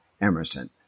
Emerson